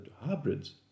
hybrids